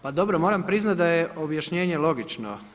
Pa dobro, moram priznat da je objašnjenje logično.